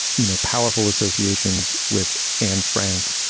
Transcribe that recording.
you know, powerful associations with and frank.